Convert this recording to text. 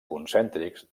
concèntrics